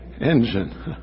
engine